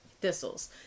thistles